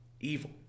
evil